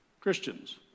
Christians